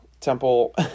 Temple